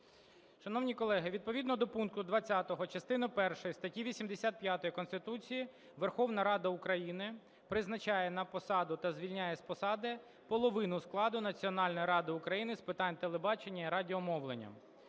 Шановні колеги, відповідно до пункту 20 частини першої статті 85 Конституції Верховна Рада України призначає на посаду та звільняє з посади половину складу Національної ради України з питань телебачення і радіомовлення.